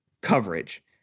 coverage